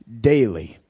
daily